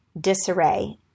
disarray